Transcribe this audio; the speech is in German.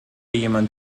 jemand